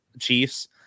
Chiefs